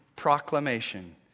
Proclamation